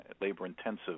labor-intensive